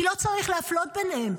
כי לא צריך להפלות ביניהן,